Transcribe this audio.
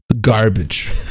Garbage